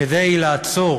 כדי לעצור